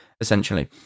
essentially